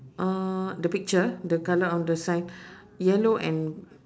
uh the picture the colour on the sign yellow and